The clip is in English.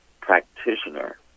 practitioner